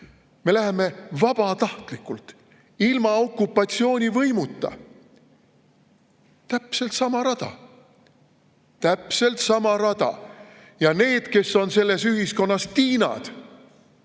me läheme vabatahtlikult ilma okupatsioonivõimuta täpselt sama rada. Täpselt sama rada! Ja need, kes on selles ühiskonnas Tiinad,